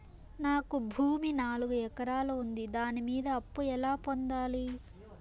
నాకు భూమి నాలుగు ఎకరాలు ఉంది దాని మీద అప్పు ఎలా పొందాలి?